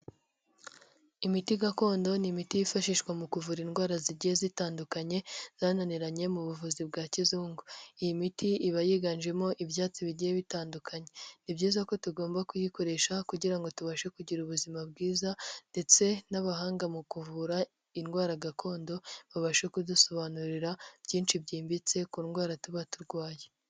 Imiti gakondo ni imiti yifashishwa mu kuvura indwara zigiye zitandukanye zananiranye mu buvuzi bwa kizungu. Iyi miti iba yiganjemo ibyatsi bigiye bitandukanye. Ni byiza ko tugomba kuyikoresha kugira ngo tubashe kugira ubuzima bwiza ndetse n'abahanga mu kuvura indwara gakondo babashe kudusobanurira byinshi byimbitse ku ndwara tuba turwaye.